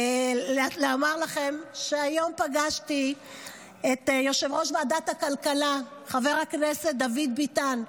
לומר לכם שהיום פגשתי את יושב-ראש ועדת הכלכלה חבר הכנסת דוד ביטן,